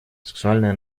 сексуальное